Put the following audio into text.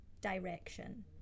direction